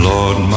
Lord